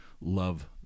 love